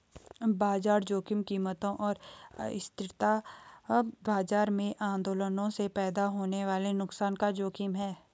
बाजार जोखिम कीमतों और अस्थिरता बाजार में आंदोलनों से पैदा होने वाले नुकसान का जोखिम है